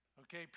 Okay